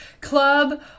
Club